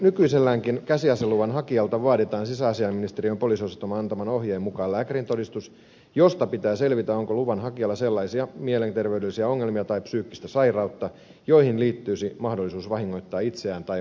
nykyiselläänkin käsiaseluvan hakijalta vaaditaan sisäasiainministeriön poliisiosaston antaman ohjeen mukaan lääkärintodistus josta pitää selvitä onko luvanhakijalla sellaisia mielenterveydellisiä ongelmia tai psyykkistä sairautta joihin liittyisi mahdollisuus vahingoittaa itseään tai muita